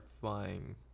flying